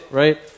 right